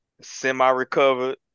Semi-recovered